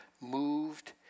moved